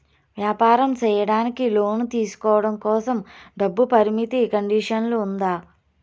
వ్యాపారం సేయడానికి లోను తీసుకోవడం కోసం, డబ్బు పరిమితి కండిషన్లు ఉందా?